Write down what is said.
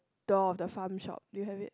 door of the farm shop do you have it